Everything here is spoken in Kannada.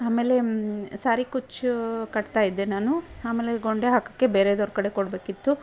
ಆಮೇಲೆ ಸಾರಿ ಕುಚ್ಚು ಕಟ್ತಾ ಇದ್ದೆ ನಾನು ಆಮೇಲೆ ಗೊಂಡೆ ಹಾಕೋಕ್ಕೆ ಬೇರೆಯೋರ ಕಡೆ ಕೊಡಬೇಕಿತ್ತು